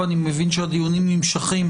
ואני מבין שהדיונים נמשכים